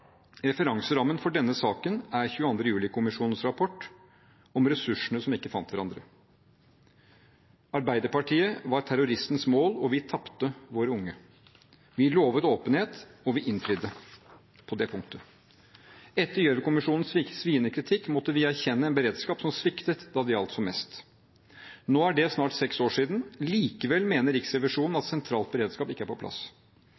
Referanserammen for denne saken er 22. juli-kommisjonens rapport om «ressursene som ikke fant hverandre». Arbeiderpartiet var terroristens mål, og vi tapte våre unge. Vi lovet åpenhet, og vi innfridde på det punktet. Etter Gjørv-kommisjonens sviende kritikk måtte vi erkjenne en beredskap som sviktet da det gjaldt som mest. Nå er det snart seks år siden. Likevel mener Riksrevisjonen at sentral beredskap ikke er på plass.